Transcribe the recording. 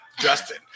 Justin